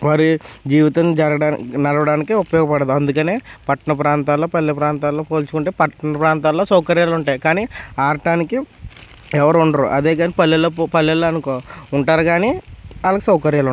వారి జీవితం జరగడా నడవడానికి ఉపయోగ పడదు అందుకనే పట్టణ ప్రాంతాల్లో పల్లె ప్రాంతాల్లో పోల్చుకుంటే పట్టణ ప్రాంతాల్లో సౌకర్యాలు ఉంటాయి కానీ ఆడటానికి ఎవరూ ఉండరు అదే కానీ పల్లెల్లో పల్లెల్లో అనుకో ఉంటారు కానీ వాళ్ళకి సౌకర్యాలు ఉండవు